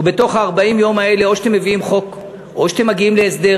ובתוך 40 היום האלה או שאתם מביאים חוק או שאתם מגיעים להסדר,